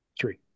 Three